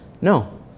no